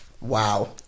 Wow